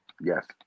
Yes